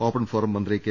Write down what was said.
open forum മന്ത്രി K